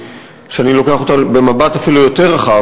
שאני לוקח אותה במבט אפילו יותר רחב,